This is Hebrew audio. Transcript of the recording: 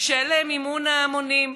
של מימון המונים: